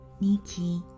Nikki